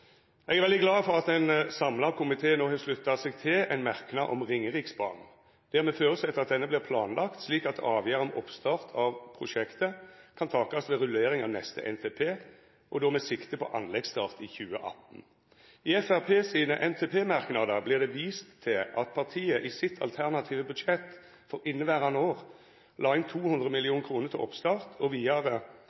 Eg er veldig glad for at ein samla komité no har slutta seg til ein merknad om Ringeriksbanen, der me føreset at denne vert planlagd slik at avgjerd om oppstart av prosjektet kan takast ved rullering av neste NTP, og då med sikte på anleggsstart i 2018. I Framstegspartiet sine NTP-merknader vert det vist til at partiet i sitt alternative budsjett for inneverande år la inn 200 mill. kr til oppstart, og vidare: